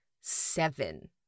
seven